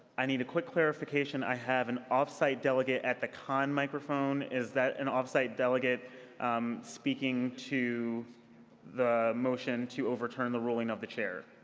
i need a quick clarification. i have an off-site delicate at the con microphone. is that an off-site delegate um speaking to the motion to overturn the ruling of the chair?